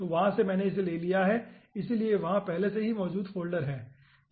तो वहां से हमने इसे ले लिया है इसलिए यहाँ पहले से ही फोल्डर मौजूद है